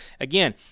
again